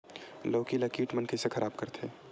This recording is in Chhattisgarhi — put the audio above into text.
लौकी ला कीट मन कइसे खराब करथे?